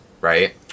Right